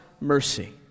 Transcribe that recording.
mercy